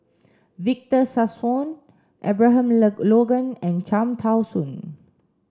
Victor Sassoon Abraham Logan and Cham Tao Soon